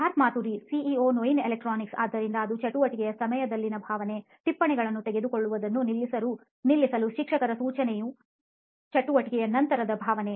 Siddharth Maturi CEO ನೋಯಿನ್ electronics ಆದ್ದರಿಂದ ಅದು ಚಟುವಟಿಕೆಯ 'ಸಮಯದಲ್ಲಿ' ನ ಭಾವನೆ ಟಿಪ್ಪಣಿಗಳನ್ನು ತೆಗೆದುಕೊಳ್ಳುವುದನ್ನು ನಿಲ್ಲಿಸಲು ಶಿಕ್ಷಕರ ಸೂಚನೆಯು ಚಟುವಟಿಕೆಯ ನಂತರದ ಭಾವನೆ